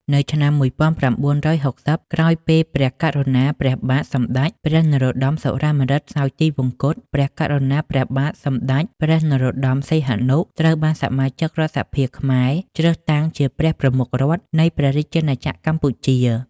នៅឆ្នាំ១៩៦០ ក្រោយពេលព្រះករុណា ព្រះបាទសម្ដេចព្រះនរោត្តម សុរាម្រិត សោយទិវង្គត ព្រះករុណា ព្រះបាទសម្ដេចព្រះនរោត្តម សីហនុ ត្រូវបានសមាជិករដ្ឋសភាខ្មែរជ្រើសតាំងជាព្រះប្រមុខរដ្ឋនៃព្រះរាជាណាចក្រកម្ពុជា។